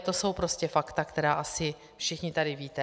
To jsou prostě fakta, která asi všichni tady víte.